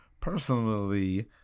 personally